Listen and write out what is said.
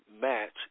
match